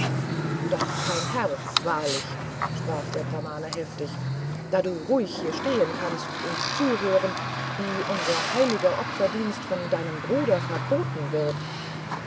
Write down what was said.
doch kein herz wahrlich sprach der brahmane heftig da du ruhig hier stehen kannst und zuhören wie unser heiliger opferdienst von deinem bruder verboten wird